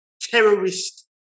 terrorist